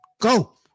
Go